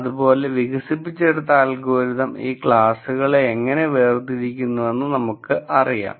അതുപോലെ വികസിപ്പിച്ചെടുത്ത അൽഗോരിതം ഈ ക്ലാസുകളെ എങ്ങനെ വേർതിരിക്കുന്നുവെന്ന് നമുക്ക് അറിയാം